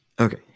Okay